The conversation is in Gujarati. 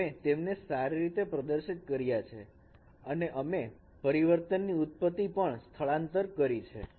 તેથી અમે તેમને સારી રીતે પ્રદર્શિત કર્યા છે અને અમે પરિવર્તન ની ઉત્પત્તિ પણ સ્થાનાંતરિત કરી છે